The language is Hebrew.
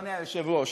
אדוני היושב-ראש.